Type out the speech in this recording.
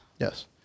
Yes